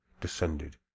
descended